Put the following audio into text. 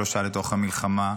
שלושה לתוך המלחמה.